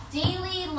daily